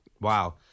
Wow